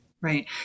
right